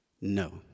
no